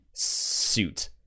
suit